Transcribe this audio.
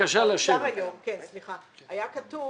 --- היה כתוב